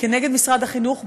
נגד משרד החינוך,